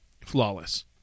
flawless